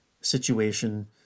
situation